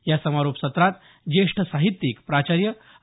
या समारोप सत्रात ज्येष्ठ साहित्यिक प्राचार्य रा